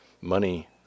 money